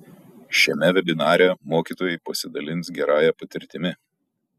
šiame vebinare mokytojai pasidalins gerąja patirtimi